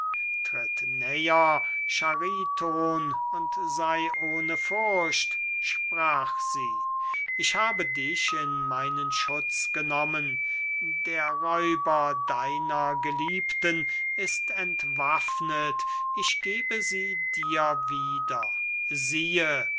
näher chariton und sey ohne furcht sprach sie ich habe dich in meinen schutz genommen der räuber deiner geliebten ist entwaffnet ich gebe sie dir wieder siehe